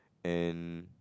and